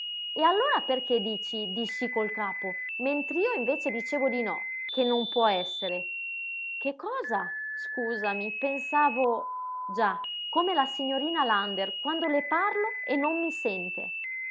e allora perché dici di sí col capo mentr'io invece dicevo di no che non può essere che cosa scusami pensavo già come la signorina lander quando le parlo e non mi sente